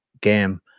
game